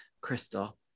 Crystal